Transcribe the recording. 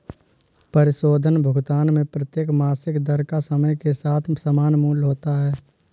परिशोधन भुगतान में प्रत्येक मासिक दर का समय के साथ समान मूल्य होता है